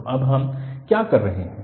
तो अब हम क्या कर रहे हैं